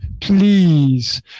please